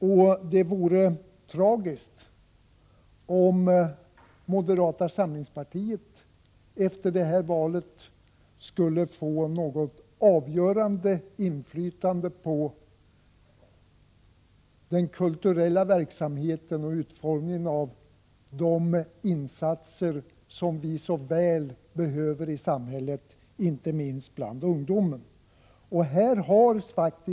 Och det vore tragiskt om moderata samlingspartiet efter valet skulle få något avgörande inflytande på den kulturella verksamheten och på utformningen av de insatser som vi så väl behöver i samhället, inte minst bland ungdomen.